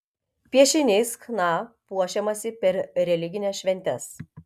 piešiniais chna puošiamasi per religines šventes